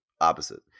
opposite